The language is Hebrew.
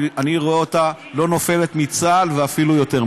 אני רואה אותה לא נופלת מצה"ל, ואפילו יותר.